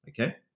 Okay